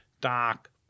dark